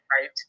Right